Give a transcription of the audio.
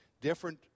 different